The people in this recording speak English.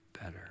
better